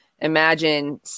imagine